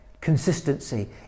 Consistency